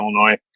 Illinois